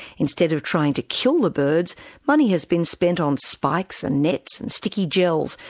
instead of trying to kill the birds, money has been spent on spikes and nets and sticky gels,